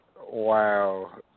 Wow